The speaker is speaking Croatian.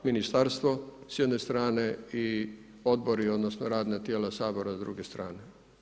Ministarstvo s jedne strane i Odbori odnosno radna tijela Sabora s druge strane.